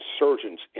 insurgents